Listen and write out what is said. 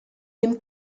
dem